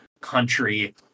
country